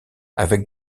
avec